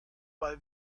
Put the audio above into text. bei